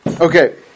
Okay